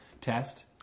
test